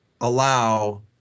allow